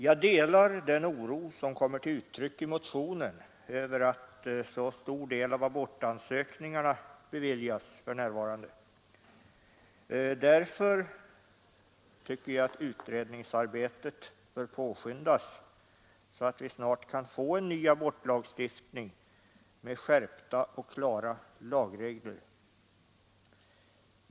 Jag delar den oro som kommer till uttryck i motionen över att så stor del av abortansökningarna beviljas för närvarande. Därför bör utredningsarbetet påskyndas, så att vi snart kan få en ny abortlagstiftning med skärpta och klara lagregler.